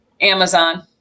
Amazon